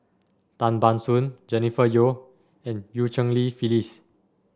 Tan Ban Soon Jennifer Yeo and Eu Cheng Li Phyllis